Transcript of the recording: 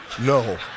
no